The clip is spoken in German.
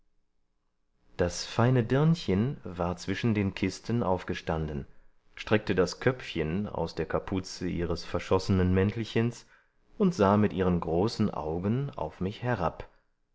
das feine dirnchen war zwischen den kisten aufgestanden streckte das köpfchen aus der kapuze ihres verschossenen mäntelchens und sah mit ihren großen augen auf mich herab